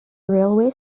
railway